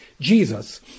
Jesus